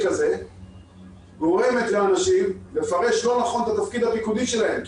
הזה גורמת לאנשים לפרש לא נכון את התפקיד הפיקודי שלהם,